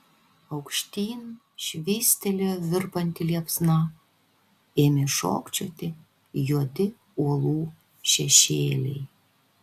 aukštyn švystelėjo virpanti liepsna ėmė šokčioti juodi uolų šešėliai